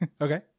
okay